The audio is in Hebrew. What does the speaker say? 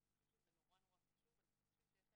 אנחנו חושבים שזה נורא נורא חשוב ואנחנו חושבים שיש